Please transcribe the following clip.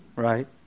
right